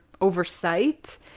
oversight